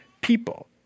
people